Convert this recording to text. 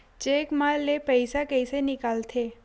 Cheque म ले पईसा कइसे निकलथे?